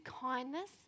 kindness